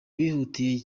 bihutiye